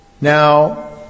Now